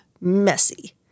messy